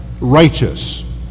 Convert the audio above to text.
righteous